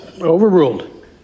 Overruled